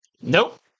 Nope